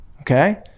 okay